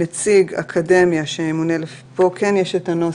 נציג אקדמיה שימונה - יש פה את הנוסח,